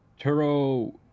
Turo